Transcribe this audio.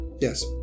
Yes